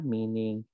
Meaning